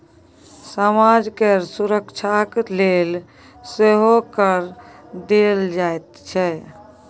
समाज केर सुरक्षाक लेल सेहो कर देल जाइत छै